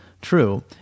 True